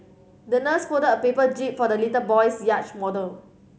the nurse folded a paper jib for the little boy's yacht model